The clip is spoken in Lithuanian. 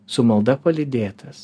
su malda palydėtas